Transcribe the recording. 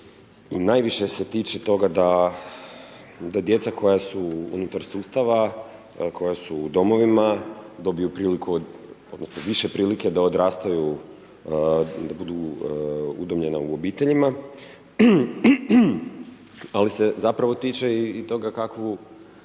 i najviše se tiče toga da djeca koja su unutar sustava, koja su u domovima dobiju priliku odnosno više prilika da odrastaju, da budu udomljena u obiteljima, ali se zapravo tiče i toga kakav